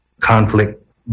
conflict